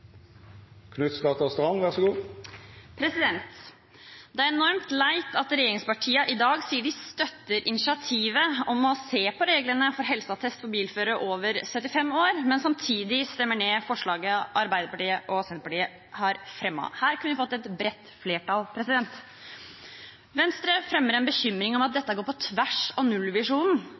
enormt leit at regjeringspartiene i dag sier at de støtter initiativet om å se på reglene for helseattest for bilførere over 75 år, men samtidig stemmer ned forslaget Arbeiderpartiet og Senterpartiet har fremmet. Her kunne vi fått et bredt flertall. Venstre fremmer en bekymring om at dette går på tvers av nullvisjonen.